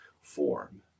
form